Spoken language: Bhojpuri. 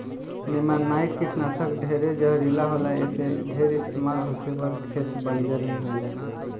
नेमानाइट कीटनाशक ढेरे जहरीला होला ऐसे ढेर इस्तमाल होखे पर खेत बंजर भी हो जाला